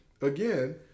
again